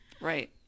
Right